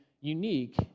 unique